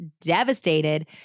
devastated